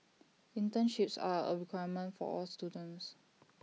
internships are A requirement for all students